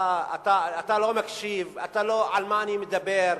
אתה לא מקשיב למה שאני מדבר.